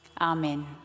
Amen